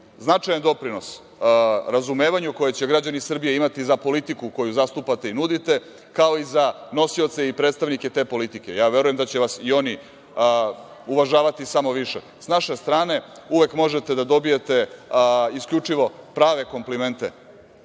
značajan doprinos razumevanju koje će građani Srbije imati za politiku koju zastupate i nudite, kao i za nosioce i predstavnike te politike. Ja verujem da će vas i oni uvažavati samo više. Sa naše strane uvek možete da dobijete isključivo prave komplimente